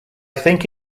think